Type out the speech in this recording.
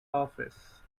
office